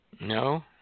No